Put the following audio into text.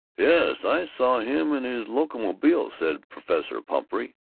yes, i saw him in his locomobile! said professor pumphrey.